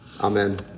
Amen